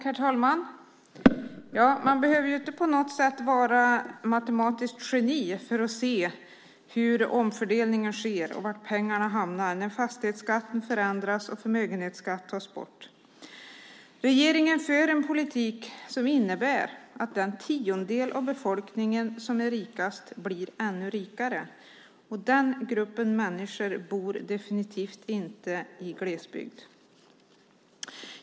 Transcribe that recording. Herr talman! Man behöver inte på något sätt vara ett matematiskt geni för att se hur omfördelningen sker och var pengarna hamnar när fastighetsskatten förändras och förmögenhetsskatten tas bort. Regeringen för en politik som innebär att den tiondel av befolkningen som är rikast blir ännu rikare. Den gruppen människor bor definitivt inte i glesbygd.